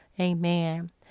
Amen